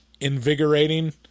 invigorating